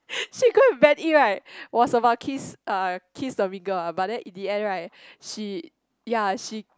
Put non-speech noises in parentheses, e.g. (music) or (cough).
(laughs) she go and bend in right was about kiss uh kiss the mean girl ah but then in the end right she ya she